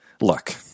look